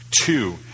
Two